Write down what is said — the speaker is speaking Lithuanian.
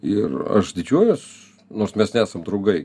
ir aš didžiuojuos nors mes nesam draugai